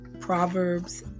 Proverbs